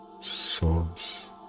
source